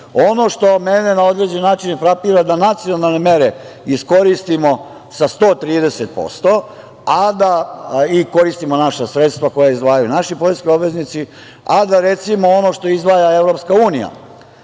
što mene na određen način frapira jeste da nacionalne mere iskoristimo sa 130% i koristimo naša sredstva koja izdvajaju naši poreski obveznici, a da, recimo, ono što izdvaja EU, da nas